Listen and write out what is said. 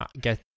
get